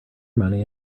money